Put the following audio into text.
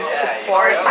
support